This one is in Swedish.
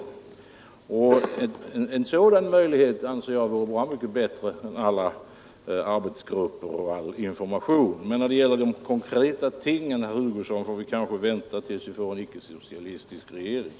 En sådan möjlighet anser jag vore bra mycket bättre än alla arbetsgrupper och all information. Men när det gäller de konkreta tingen, herr Hugosson, får vi kanske vänta tills vi får en icke-socialistisk regering.